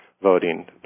Voting